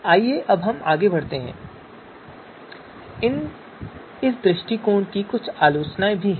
आइए आगे बढ़ते हैं इस दृष्टिकोण की कुछ आलोचनाएँ भी हैं